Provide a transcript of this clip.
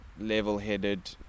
level-headed